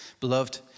Beloved